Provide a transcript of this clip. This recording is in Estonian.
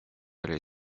oli